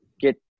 get